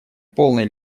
полной